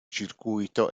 circuito